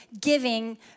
giving